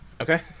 Okay